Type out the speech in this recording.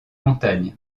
montagne